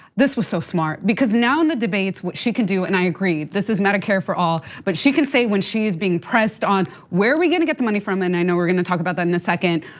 this was so smart, because now in the debates what she can do, and i agree, this is medicare for all. but she can say when she's being pressed on, where are we gonna get the money from and i know we're gonna talk about that in a second.